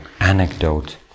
anecdote